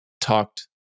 talked